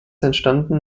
entstanden